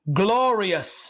glorious